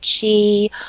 chi